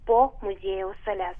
po muziejaus sales